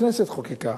הכנסת חוקקה.